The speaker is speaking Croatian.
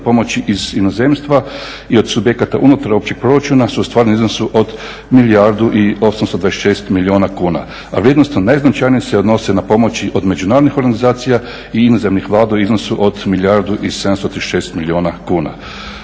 pomoći iz inozemstva i od subjekata unutar općeg proračuna su ostvareni u iznosu od milijardu i 826 milijuna kuna. A vrijednost najznačajnije se odnosi na pomoći od međunarodnih organizacija i inozemnih vlada u iznosu od milijardu i 736 milijuna kuna.